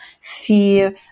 fear